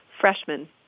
Freshmen